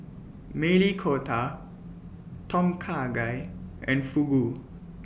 Maili Kofta Tom Kha Gai and Fugu